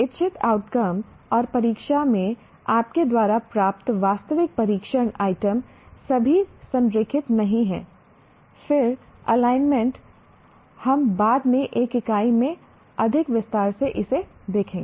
इच्छित आउटकम और परीक्षा में आपके द्वारा प्राप्त वास्तविक परीक्षण आइटम सभी संरेखित नहीं हैं फिर एलाइनमेंट हम बाद में एक इकाई में अधिक विस्तार से इसे देखेंगे